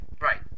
Right